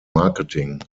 marketing